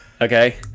okay